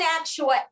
actual